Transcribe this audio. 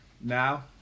Now